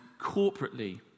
corporately